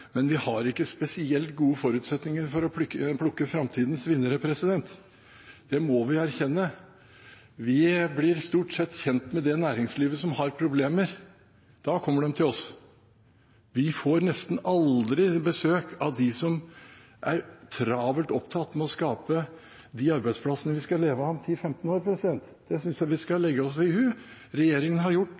men vi har ikke spesielt gode forutsetninger for å plukke ut framtidas vinnere. Det må vi erkjenne. Vi blir stort sett kjent med det næringslivet som har problemer. Da kommer de til oss. Vi får nesten aldri besøk av dem som er travelt opptatt med å skape de arbeidsplassene vi skal leve av om 20–25 år. Det synes jeg vi skal legge oss på minne. Regjeringen har gjort